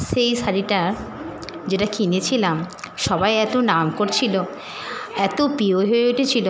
সেই শাড়িটা যেটা কিনেছিলাম সবাই এতো নাম করছিলো এতো প্রিয় হয়ে উঠেছিলো